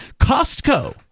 costco